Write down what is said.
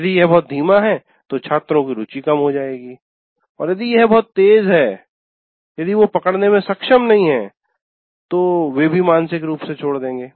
यदि यह बहुत धीमा है तो छात्रों की रुचि कम हो जाएगी यदि यह बहुत तेज़ है यदि वे पकड़ने में सक्षम नहीं हैं तो वे भी मानसिक रूप से छोड़ देंगे